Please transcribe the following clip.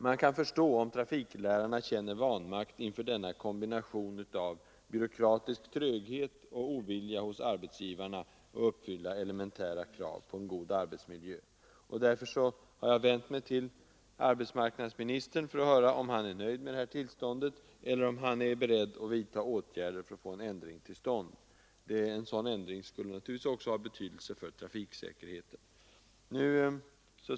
Man kan förstå om trafiklärarna känner vanmakt inför denna kombination av byråkratisk tröghet och ovilja hos arbetsgivarna att uppfylla elementära krav på god arbetsmiljö. Därför vänder jag mig nu till arbetsmarknadsministern för att höra om han är nöjd med detta tillstånd eller om han är beredd att vidta åtgärder för att få en ändring till stånd. En sådan ändring skulle ha betydelse också för trafiksäkerheten.